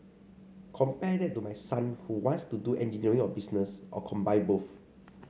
compare that to my son who wants to do engineering or business or combine both